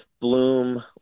Bloom